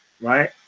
right